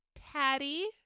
Patty